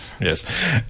Yes